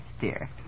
dear